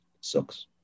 sucks